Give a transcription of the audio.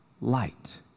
light